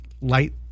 Light